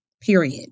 period